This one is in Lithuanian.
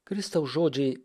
kristaus žodžiai